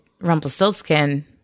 Rumpelstiltskin